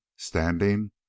standing